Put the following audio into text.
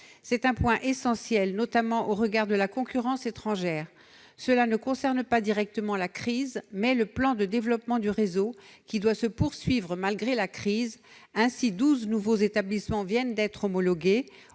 d'un point essentiel, notamment au regard de la concurrence étrangère, qui ne concerne pas directement la crise, mais le plan de développement du réseau, qui doit se poursuivre. Ainsi, douze nouveaux établissements viennent d'être homologués